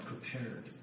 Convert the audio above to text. prepared